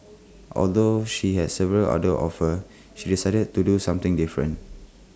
although she had several other offers she decided to do something different